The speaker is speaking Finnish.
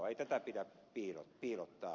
ei tätä pidä piilottaa